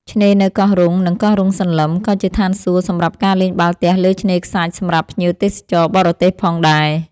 ឆ្នេរនៅកោះរ៉ុង និងកោះរ៉ុងសន្លឹម ក៏ជាឋានសួគ៌សម្រាប់ការលេងបាល់ទះលើឆ្នេរខ្សាច់សម្រាប់ភ្ញៀវទេសចរបរទេសផងដែរ។